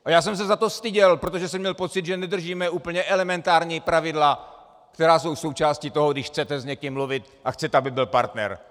A já jsem se za to styděl, protože jsem měl pocit, že nedržíme úplně elementární pravidla, která jsou součástí toho, když chcete s někým mluvit a chcete, aby byl partner.